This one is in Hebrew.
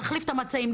להחליף את המצעים,